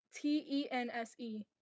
T-E-N-S-E